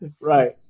Right